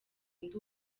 ndi